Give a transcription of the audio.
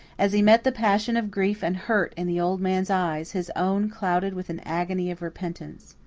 as he met the passion of grief and hurt in the old man's eyes, his own clouded with an agony of repentance.